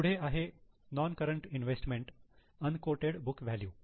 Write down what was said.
पुढे आहे non current investment unquoted book value